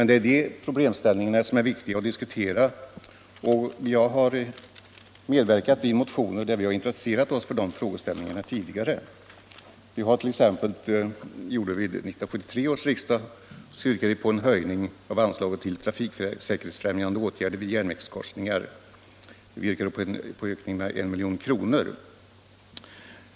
Det är de problemställningarna som är viktiga att diskutera. Jag har medverkat i motioner där vi har intresserat oss för de frågeställningarna tidigare. Vi gjorde det första gången vid 1973 års riksdag, då vi yrkade på en höjning av anslaget till trafiksäkerhetsfrämjande åtgärder vid järnvägskorsningar med 1 milj.kr.